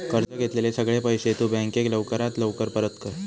कर्ज घेतलेले सगळे पैशे तु बँकेक लवकरात लवकर परत कर